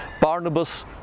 Barnabas